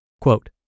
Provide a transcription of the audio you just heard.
Quote